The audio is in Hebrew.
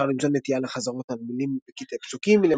אפשר למצוא נטייה לחזרות על מילים וקטעי פסוקים,